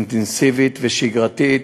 אינטנסיבית ושגרתית.